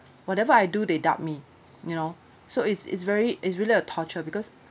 whatever I do they doubt me you know so it's it's very is really a torture because